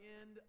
end